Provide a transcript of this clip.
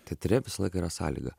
teatre visą laiką yra sąlyga